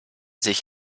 sich